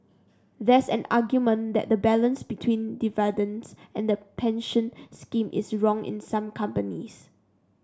there's an argument that the balance between dividends and the pension scheme is wrong in some companies